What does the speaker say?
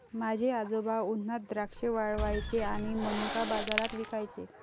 माझे आजोबा उन्हात द्राक्षे वाळवायचे आणि मनुका बाजारात विकायचे